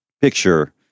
picture